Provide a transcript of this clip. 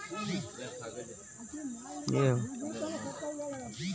ಸರಕಾರಿ ಗೊಬ್ಬರ ಬಳಸುವುದರಿಂದ ಮುಂದಿನ ಪೇಳಿಗೆಗೆ ಉಪಯುಕ್ತವೇ ಅಥವಾ ಅನುಪಯುಕ್ತವೇ ಹೇಳಿರಿ